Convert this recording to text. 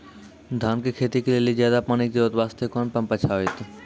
धान के खेती के लेली ज्यादा पानी के जरूरत वास्ते कोंन पम्प अच्छा होइते?